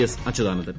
S Achuthanandan